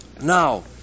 Now